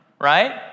right